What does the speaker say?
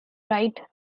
write